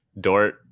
Dort